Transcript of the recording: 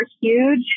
huge